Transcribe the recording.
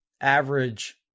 average